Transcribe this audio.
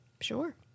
sure